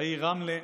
בעיר רמלה,